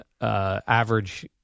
average